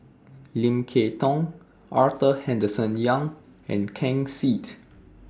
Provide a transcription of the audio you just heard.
Lim Kay Tong Arthur Henderson Young and Ken Seet